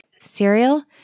cereal